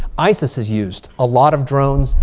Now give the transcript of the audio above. isis has used a lot of drones.